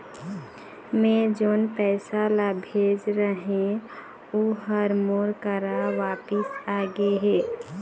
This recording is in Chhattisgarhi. मै जोन पैसा ला भेजे रहें, ऊ हर मोर करा वापिस आ गे हे